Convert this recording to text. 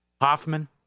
Hoffman